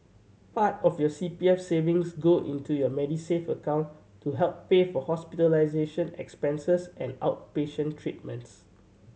part of your C P F savings go into your Medisave account to help pay for hospitalization expenses and outpatient treatments